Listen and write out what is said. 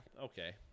Okay